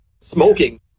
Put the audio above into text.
smoking